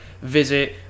visit